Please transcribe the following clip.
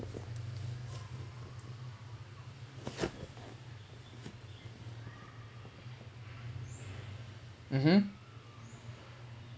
(uh huh)